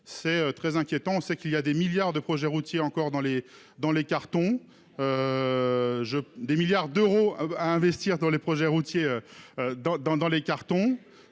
c'est très inquiétant, c'est qu'il y a des milliards de projets routiers encore dans les dans les cartons. Je des milliards d'euros à investir dans les projets routiers. Dans dans dans